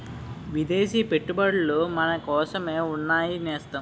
విదేశీ పెట్టుబడులు మనకోసమే ఉన్నాయి నేస్తం